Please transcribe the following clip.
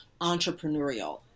entrepreneurial